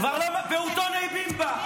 כבר --- יאיר,